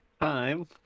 Time